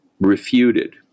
refuted